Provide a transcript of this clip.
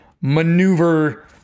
maneuver